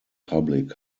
public